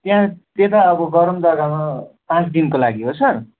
त्यहाँ त्यता अब गरम जग्गामा पाँच दिनको लागि हो सर